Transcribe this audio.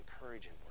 encouraging